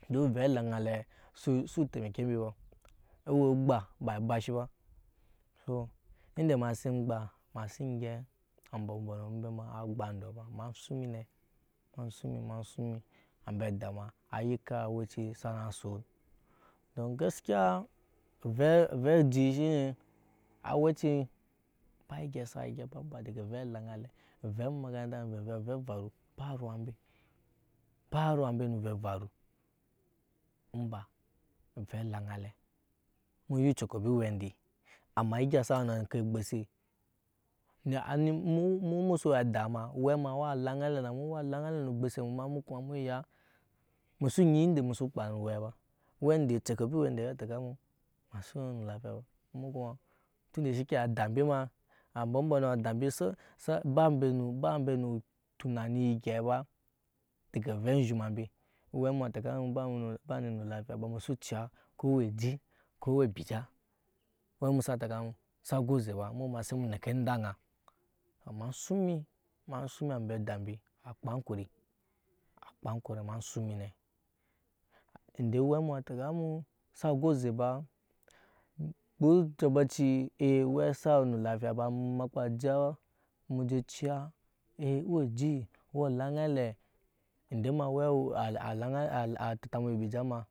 Don ovɛ elaŋa alɛ su temekke mbi ba ewe si egba ba ebashi ba so ende ema si gba ema sin gyɛp anyi sa sa ka ba gba ndɔɔ ba ema suŋ emi ma suŋ emi ma suŋ mi ambe ada ayike awɛci saŋa son domin gaskiya ovɛ eji shi ne aeci ba egyei sa gyɛp emba dege ovɛ elaŋa alɛ ba ovɛ emakata amvevei ovɛ evaru baruwan mbenu ovɛ evaru emba ovɛ elaŋa alɛ muya ocɔƙbi owɛ nde egya sa we na ŋke nu ogbose emu mu su we adaa ena owɛ ema awa laŋa alɛ na mu awa laŋa alɛ nu ogbose mu emusu ony oŋke emusu kpa nu owɛ ba owɛ nde cɔkɔbi owɛ nde wa teke mu vɛ masi we nu lafiya ba tunde shike ma ambɔ mbɔnɔ ada mbe ba embe nu tunani egyei ba dege ovɛ eshoma mbe owɛ mu teke mu vɛ bani mu lafiya ba musu ciya ba ko owe eji ko owe ebirija owɛ mu sa teke mu sa go ce ba se neke eni ede aŋa ema suŋ mi ma suŋ emi mbe ada mbi akpaa ankuri akpaa ankuri ema suŋ mi ne ende owɛ mu a teke mu sa go eze ba kpaa otabaci ee owɛ sa weni lafiya nu makpu je oje ciya ee owe eji ko owe olaŋa alɛɛ ende ma owɛɛ ateta mu ebija ma.